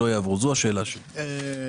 תוכנית 07-8001: 896 אלפי ש"ח.